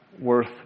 worth